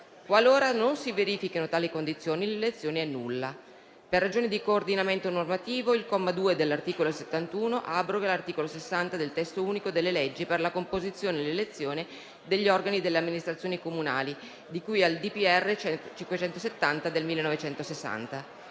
Qualora non si verifichino tali condizioni, l'elezione è nulla. Per ragioni di coordinamento normativo, il comma 2 dell'articolo 71 abroga l'articolo 60 del testo unico delle leggi per la composizione e l'elezione degli organi delle amministrazioni comunali, di cui al decreto del